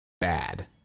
bad